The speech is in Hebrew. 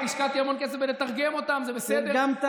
בוא, עזוב,